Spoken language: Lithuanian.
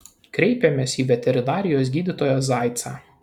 kreipėmės į veterinarijos gydytoją zaicą